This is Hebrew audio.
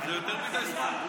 הרבה יותר, יותר מדי זמן?